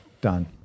done